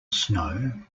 snow